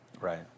Right